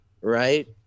Right